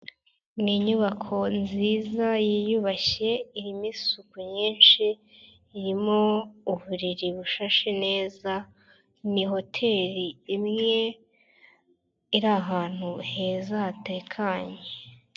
Ni inyubako nziza yiyubashye irimo isuku nyinshi, irimo uburiri bushashe neza, ni hoteli imwe iri ahantu heza hatekanye.